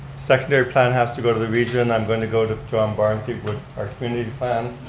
secondary plan has to go to the region, and i'm going to go to the john barnsley with our community plan.